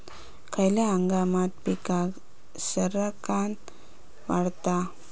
खयल्या हंगामात पीका सरक्कान वाढतत?